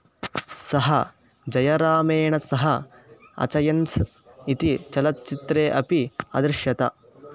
सः जयरामेण सह अचयन्स् इति चलच्चित्रे अपि अदृश्यत